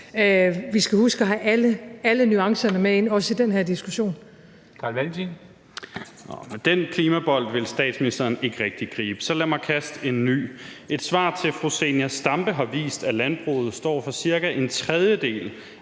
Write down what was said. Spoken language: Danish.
Kristensen): Carl Valentin. Kl. 23:29 Carl Valentin (SF): Nå, men den klimabold vil statsministeren ikke rigtig gribe. Så lad mig kaste en ny. Et svar til fru Zenia Stampe har vist, at landbruget står for cirka en tredjedel